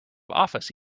office